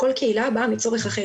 כל קהילה באה מצורך אחר.